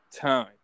time